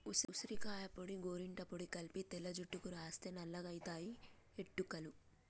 ఉసిరికాయ పొడి గోరింట పొడి కలిపి తెల్ల జుట్టుకు రాస్తే నల్లగాయితయి ఎట్టుకలు